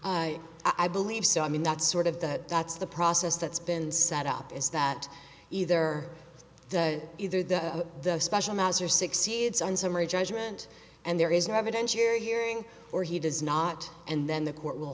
i believe so i mean that's sort of the that's the process that's been set up is that either the either the the special mouser succeeds on summary judgment and there is no evidentiary hearing or he does not and then the court will